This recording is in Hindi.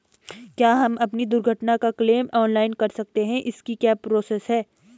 क्या हम अपनी दुर्घटना का क्लेम ऑनलाइन कर सकते हैं इसकी क्या प्रोसेस है?